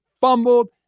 fumbled